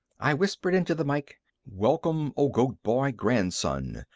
i whispered into the mike welcome, o goat-boy grandson!